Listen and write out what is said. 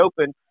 Open